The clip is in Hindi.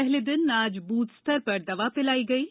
पहले दिन आज बूथ स्थर पर दवा पिलाई जायेगी